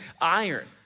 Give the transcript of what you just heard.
iron